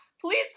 please